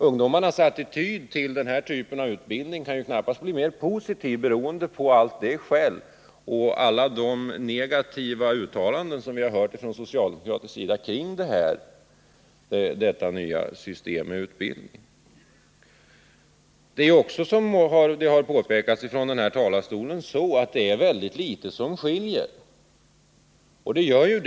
Ungdomarnas attityd till den här typen av utbildning kan knappast bli mera positiv av allt det skäll och alla de negativa uttalanden som vi hört från socialdemokratisk sida om den här nya utbildningsformen. Det är också, som det har påpekats från denna talarstol, väldigt litet som skiljer majoritetsförslaget från reservationerna.